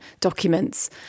documents